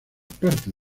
parte